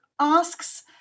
asks